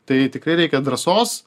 tai tikrai reikia drąsos